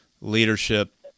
leadership